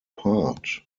part